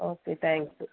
okay thank you